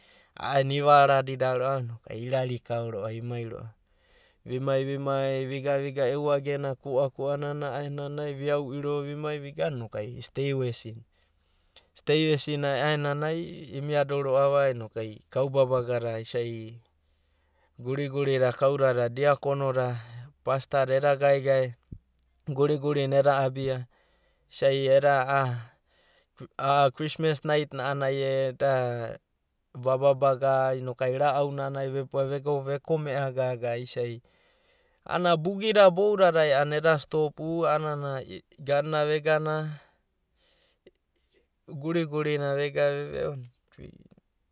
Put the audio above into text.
A’aenana iva ara dia roa’va, noku irari kao imai roa’va, uimai uimai, vigane, vigana e’uage na kuakua nana a’aenana viuiro viaeai vigana steiesi nai a’aenanai imai do roa’va noku ai kau babaga da, ai guri guri da kau dada dia kono da eda gaegae, guriguri na eda abia, a’a eristmas night a’anana eda vaba baga’a nokuai ra’au na a’anana ai vebabaga, vego vekomea gaga isai, ana bugi da boudadai a’anana eda stopu ganana vegana guri na vega na ve veo noku ai gava da bouda dai bouda dai eda para or eda continu vairo. Ko a’anana ai cirmsimesi nai gava ka epararoaiva.